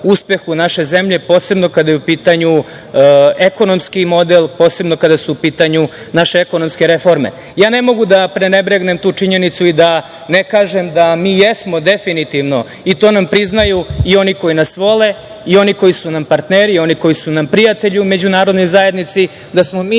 uspehu naše zemlje, posebno kada je u pitanju ekonomski model, posebno kada su u pitanju naše ekonomske reforme. Ne mogu da prenebregnem tu činjenicu i da ne kažem da mi jesmo definitivno, i to nam priznaju i oni koji nas vole i oni koji su nam partneri i oni koji su nam prijatelji u međunarodnoj zajednici, da smo mi